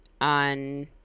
on